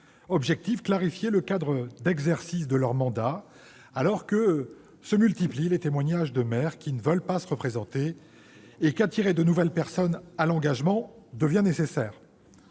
Objectif : clarifier le cadre d'exercice de leurs mandats alors que se multiplient les témoignages de maires qui ne veulent pas se représenter et qu'attirer de nouvelles personnes à l'engagement devient nécessaire.